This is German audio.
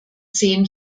zehn